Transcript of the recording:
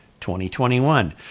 2021